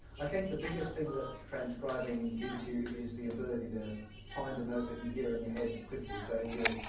i think the biggest thing that transcribing gives you is the ability to find a note that you hear in your head quickly. so if you,